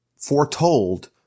foretold